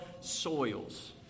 soils